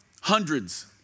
Hundreds